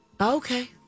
Okay